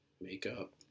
Makeup